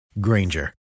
Granger